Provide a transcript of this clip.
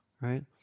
right